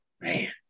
Man